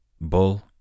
Bull